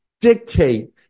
dictate